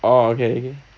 orh okay